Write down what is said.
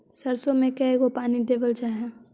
सरसों में के गो पानी देबल जा है?